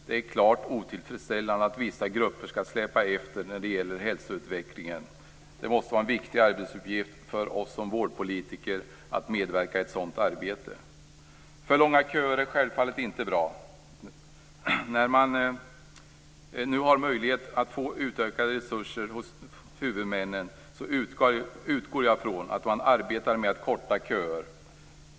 Det är klart otillfredsställande att vissa grupper släpar efter när det gäller hälsoutvecklingen. Det måste vara en viktig arbetsuppgift för oss som vårdpolitiker att medverka i ett sådant arbete. För långa köer är självfallet inte bra. När man nu har möjlighet att få utökade resurser hos huvudmännen utgår jag från att man arbetar med att korta köerna.